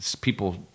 people